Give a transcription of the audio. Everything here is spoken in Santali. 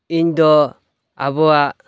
ᱤᱧ ᱫᱚ ᱟᱵᱚᱣᱟᱜ